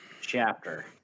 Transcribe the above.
chapter